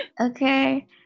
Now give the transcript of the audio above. Okay